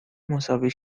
مساوی